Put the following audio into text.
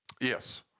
Yes